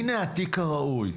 הנה התיק הראוי.